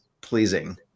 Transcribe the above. pleasing